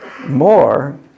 more